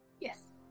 yes